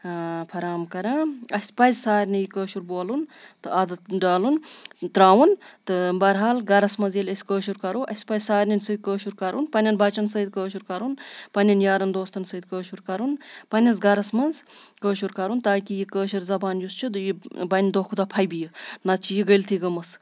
فراہم کَران اَسہِ پَزِ سارنی کٲشُر بولُن تہٕ عادَت ڈالُن ترٛاوُن تہٕ بَحرحال گَرَس منٛز ییٚلہِ أسۍ کٲشُر کَرو اَسہِ پَزِ سارنِیَن سۭتۍ کٲشُر کَرُن پنٛنٮ۪ن بَچَن سۭتۍ کٲشُر کَرُن پنٛنٮ۪ن یارَن دوستَن سۭتۍ کٲشُر کَرُن پنٛنِس گَرَس منٛز کٲشُر کَرُن تاکہ یہِ کٲشِر زبان یُس چھِ یہِ بَنہِ دۄہ کھۄتہٕ دۄہ پھَبہِ یہِ نَتہٕ چھِ یہِ گٔلۍتھی گٔمٕژ